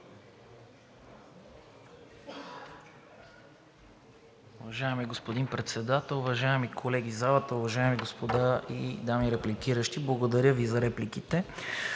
Уважаеми господин Председател, уважаеми колеги в залата, уважаеми господа и дами репликиращи! Благодаря Ви за репликите.